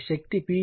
93 187